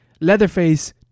Leatherface